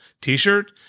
t-shirt